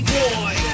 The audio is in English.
boy